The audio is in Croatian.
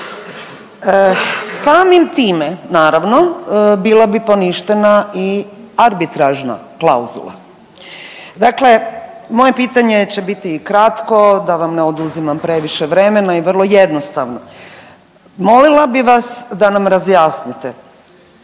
Samim time naravno bila bi poništena arbitražna klauzula. Dakle, moje pitanje će biti kratko da vam ne oduzimam previše vremena i vrlo jednostavno. Molila bi vas da nam razjasnite